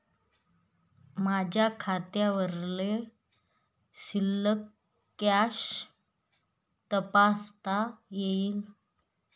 माझ्या खात्यावरील शिल्लक कशी तपासता येईल?